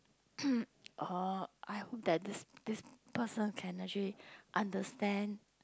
I hope that this this person can actually understand